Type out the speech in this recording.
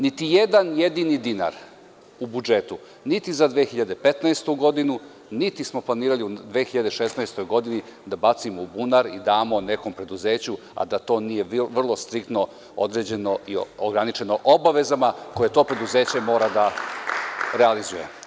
Niti jedan jedini dinar u budžetu, niti za 2015. godinu, nismo planirali u 2016. godini da bacimo u bunar i damo nekom preduzeću, a da to nije bilo striktno određeno i ograničeno obavezama koje to preduzeće mora da realizuje.